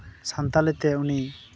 ᱥᱟᱱᱛᱟᱲᱤ ᱛᱮ ᱩᱱᱤ